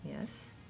Yes